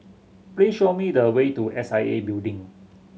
please show me the way to S I A Building